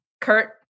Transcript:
Kurt